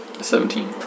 Seventeen